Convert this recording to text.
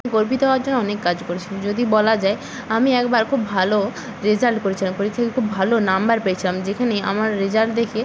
গর্বিত হওয়ার জন্য অনেক কাজ করেছিলাম যদি বলা যায় আমি একবার খুব ভালো রেজাল্ট করেছিলাম পরীক্ষায় খুব ভালো নাম্বার পেয়েছিলাম যেখানে আমার রেজাল্ট দেখে